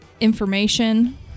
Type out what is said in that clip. information